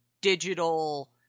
digital